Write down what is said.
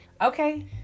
okay